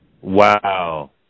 Wow